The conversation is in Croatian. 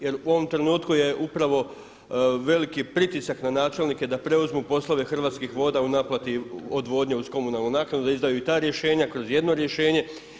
Jer u ovom trenutku je upravo veliki pritisak na načelnike da preuzmu poslove Hrvatskih voda u naplati odvodnje uz komunalnu naknadu da izdaju i ta rješenja kroz jedno rješenje.